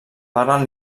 parlen